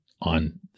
on